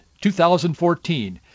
2014